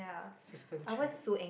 assistant chair